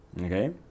okay